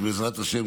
בעזרת השם,